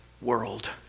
world